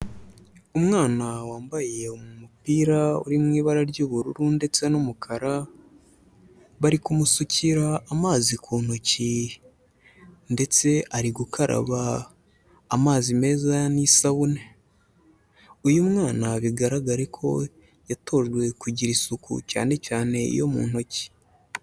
Umwana wambaye umupira uri mu ibara ry'ubururu ndetse n'umukara, bari kumusukira amazi ku ntoki ndetse ari gukaraba amazi meza n'isabune. Uyu mwana bigaragare ko yatojwe kugira isuku, cyane cyane yo mu ntoki.